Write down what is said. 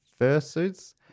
fursuits